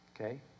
okay